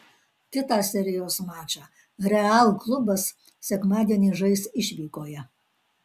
kitą serijos mačą real klubas sekmadienį žais išvykoje